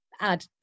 add